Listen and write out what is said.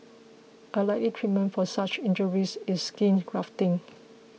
a likely treatment for such injuries is skin grafting